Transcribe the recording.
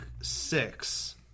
six